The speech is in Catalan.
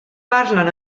parlen